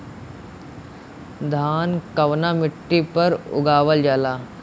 धान कवना मिट्टी पर उगावल जाला?